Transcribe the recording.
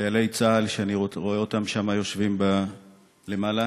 חיילי צה"ל, שאני רואה אותם יושבים שם למעלה,